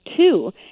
Two